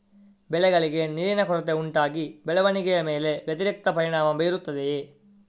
ಬೆಳೆಗಳಿಗೆ ನೀರಿನ ಕೊರತೆ ಉಂಟಾ ಬೆಳವಣಿಗೆಯ ಮೇಲೆ ವ್ಯತಿರಿಕ್ತ ಪರಿಣಾಮಬೀರುತ್ತದೆಯೇ?